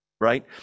right